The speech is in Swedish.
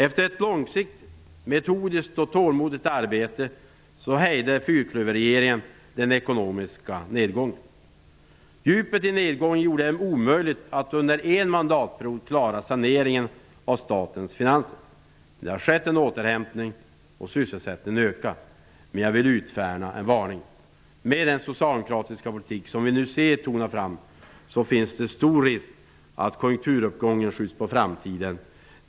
Efter ett långsiktigt, metodiskt och tålmodigt arbete hejdade fyrklöverregeringen den ekonomiska nedgången. Djupet i nedgången gjorde det omöjligt att under en mandatperiod klara saneringen av statens finanser. Det har nu skett en återhämtning, och sysselsättningen ökar. Men jag vill utfärda en varning. Med den socialdemokratiska politik som vi nu ser tona fram finns det stor risk att konjunkturuppgången skjuts på framtiden.